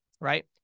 right